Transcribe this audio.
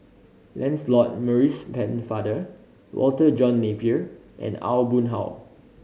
Lancelot Maurice Pennefather Walter John Napier and Aw Boon Haw